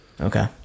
Okay